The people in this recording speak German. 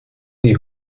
die